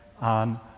on